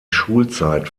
schulzeit